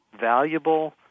valuable